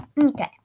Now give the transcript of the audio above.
Okay